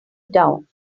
down